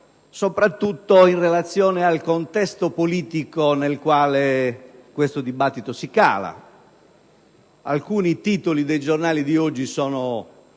soprattutto in relazione al contesto politico nel quale esso si cala. Alcuni titoli dei giornali di oggi sono